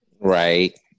Right